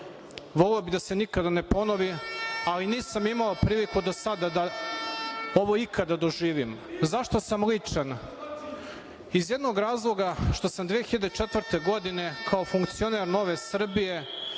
voleo bih da se nikada ne ponovi, ali nisam imao priliku o sada da ovo ikada doživim.Zašto sam ličan? Iz jednog razloga što sam 2004. godine, kao funkcioner Nove Srbije